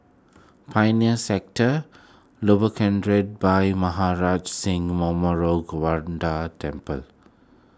Pioneer Sector Lower Kent Ridge Bhai Maharaj Singh Memorial Gurdwara Temple